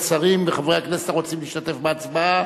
השרים וחברי הכנסת הרוצים להשתתף בהצבעה.